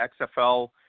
XFL